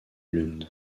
lund